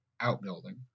outbuilding